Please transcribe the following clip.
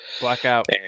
Blackout